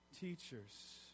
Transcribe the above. teachers